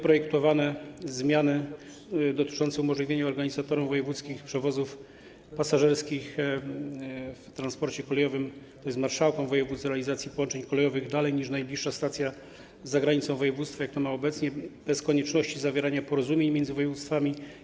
Projektowane zmiany dotyczą umożliwienia organizatorom wojewódzkich przewozów pasażerskich w transporcie kolejowym, to jest marszałkom województw, realizację połączeń kolejowych dalej niż najbliższa stacja za granicą województwa, jak to ma obecnie miejsce, bez konieczności zawierania porozumień między województwami.